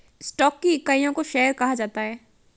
stock की इकाइयों को शेयर कहा जाता है